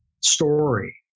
story